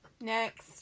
Next